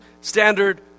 standard